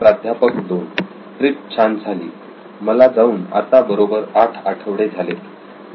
प्राध्यापक 2 ट्रीप छान झाली मला जाऊन आता बरोबर 8 आठवडे झालेत